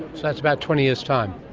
so that's about twenty years time.